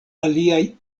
aliaj